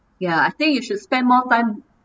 ya I think you should spend more time